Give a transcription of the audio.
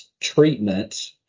treatment